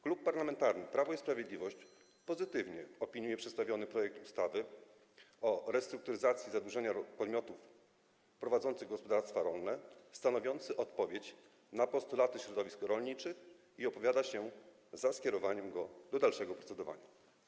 Klub Parlamentarny Prawo i Sprawiedliwość pozytywnie opiniuje przedstawiony projekt ustawy o restrukturyzacji zadłużenia podmiotów prowadzących gospodarstwa rolne, który stanowi odpowiedź na postulaty środowisk rolniczych, i opowiada się za skierowaniem go do dalszego procedowania.